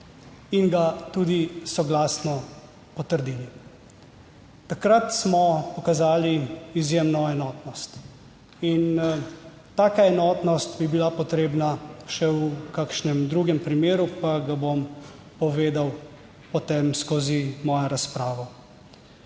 in ga tudi soglasno potrdili. Takrat smo pokazali izjemno enotnost in taka enotnost bi bila potrebna še v kakšnem drugem primeru, pa ga bom povedal potem skozi mojo razpravo.